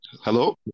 Hello